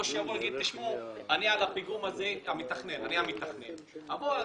או שהמתכנן יגיד: